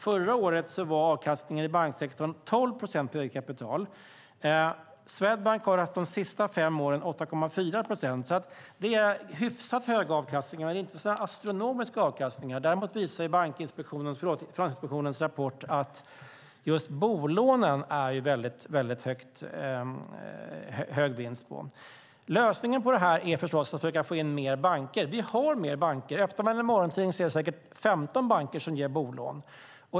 Förra året var avkastningen i banksektorn 12 procent på eget kapital. Swedbank har de senaste fem åren haft 8,4 procent. Det är hyfsat höga avkastningar men inte astronomiska avkastningar. Däremot visar Finansinspektionens rapport att just bolånen är det väldigt hög vinst på. Lösningen på det här är förstås att försöka få in fler banker. Vi har fler banker. Öppnar man en morgontidning ser man att det säkert är 15 banker som ger bolån.